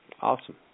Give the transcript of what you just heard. Awesome